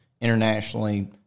internationally